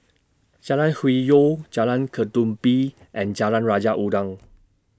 Jalan Hwi Yoh Jalan Ketumbit and Jalan Raja Udang